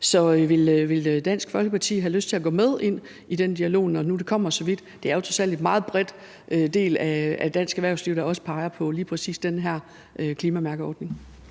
Så vil Dansk Folkeparti have lyst til at gå med i den dialog, når det kommer så vidt? Det er jo trods alt en meget bred del af dansk erhvervsliv, der også peger på lige præcis den her klimamærkningsordning.